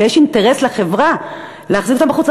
שיש אינטרס לחברה להחזיק אותם בחוץ,